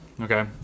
Okay